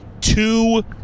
two